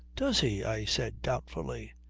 does he? i said doubtfully.